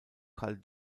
karl